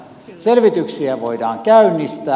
selvityksiä voidaan käynnistää